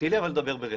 אבל תני לי לדבר ברצף.